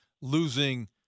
losing